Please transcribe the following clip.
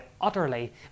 utterly